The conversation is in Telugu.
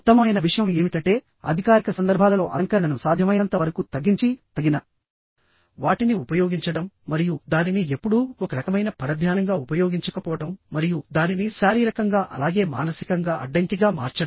ఉత్తమమైన విషయం ఏమిటంటేఅధికారిక సందర్భాలలో అలంకరణను సాధ్యమైనంత వరకు తగ్గించితగిన వాటిని ఉపయోగించడం మరియు దానిని ఎప్పుడూ ఒక రకమైన పరధ్యానంగా ఉపయోగించకపోవడం మరియు దానిని శారీరకంగా అలాగే మానసికంగా అడ్డంకిగా మార్చడం